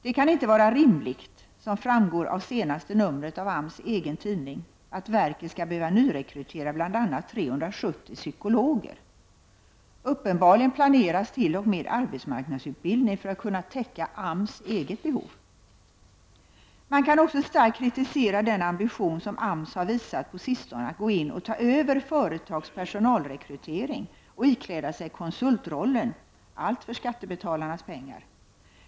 Det kan inte vara rimligt, som framgår av senaste numret av AMS egen tidning, att verket skall behöva nyrekrytera bl.a. 370 psykologer. Uppenbarligen planeras t.o.m. arbetsmarknadsutbildning för att kunna täcka AMS eget behov. Man kan också starkt kritisera den ambition som AMS har visat på sistone att gå in och ta över företags personalrekrytering och ikläda sig konsultrollen, allt för skattebetalarnas pengar.